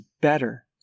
better